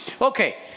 Okay